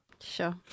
Sure